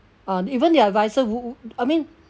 uh even they are advisor who I mean